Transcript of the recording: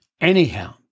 Anyhow